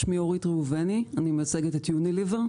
שמי אורית ראובני, אני מייצגת את יוניליוור.